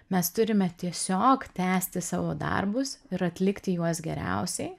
mes turime tiesiog tęsti savo darbus ir atlikti juos geriausiai